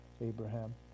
Abraham